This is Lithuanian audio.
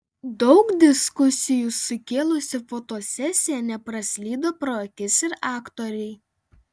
daug diskusijų sukėlusi fotosesija nepraslydo pro akis ir aktorei